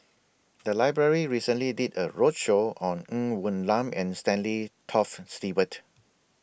The Library recently did A roadshow on Ng Woon Lam and Stanley Toft Stewart